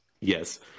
Yes